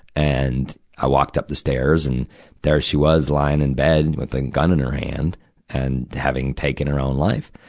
and i walked up the stairs and there she was lying in bed and with the gun in and her hand and having taken her own life.